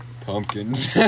pumpkins